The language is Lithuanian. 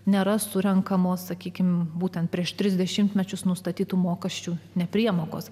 nėra surenkamos sakykime būtent prieš tris dešimtmečius nustatytų mokesčių nepriemokos